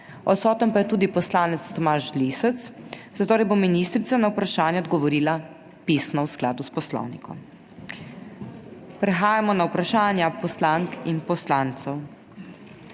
Odsoten pa je tudi poslanec Tomaž Lisec, zatorej bo ministrica na vprašanje odgovorila pisno v skladu s poslovnikom. Prehajamo na vprašanja poslank in poslancev.